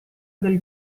del